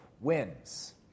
wins